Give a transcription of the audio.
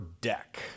deck